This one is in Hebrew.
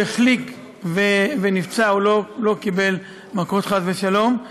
הוא החליק ונפצע, הוא לא קיבל מכות, חס ושלום.